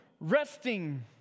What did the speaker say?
Resting